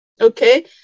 Okay